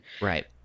right